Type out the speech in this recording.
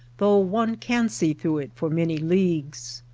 though one can see through it for many leagues.